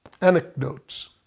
anecdotes